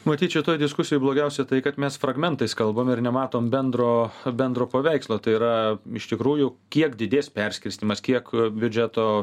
matyt šitoj diskusijoj blogiausia tai kad mes fragmentais kalbam ir nematom bendro bendro paveikslo tai yra iš tikrųjų kiek didės perskirstymas kiek biudžeto